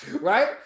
Right